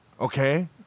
Okay